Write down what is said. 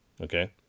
Okay